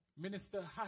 Minister